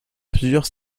plusieurs